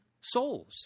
souls